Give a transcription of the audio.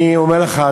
אני אומר לך,